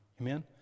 Amen